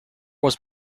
was